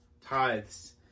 tithes